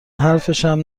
حرفشم